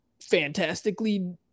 fantastically